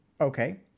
Okay